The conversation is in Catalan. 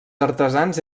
artesans